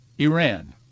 Iran